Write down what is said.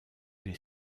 les